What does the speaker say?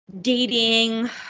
dating